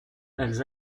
elles